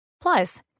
Plus